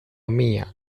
mia